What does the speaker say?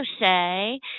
say